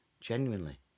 genuinely